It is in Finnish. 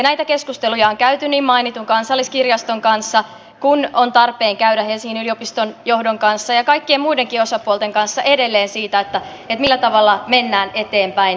näitä keskusteluja on käyty niin mainitun kansalliskirjaston kanssa kuin on tarpeen käydä helsingin yliopiston johdon kanssa ja kaikkien muidenkin osapuolten kanssa edelleen siitä millä tavalla mennään eteenpäin